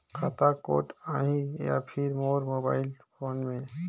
खाता कोड आही या फिर मोर मोबाइल फोन मे?